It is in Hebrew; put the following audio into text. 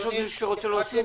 יש מישהו שרוצה להוסיף?